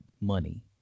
money